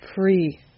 free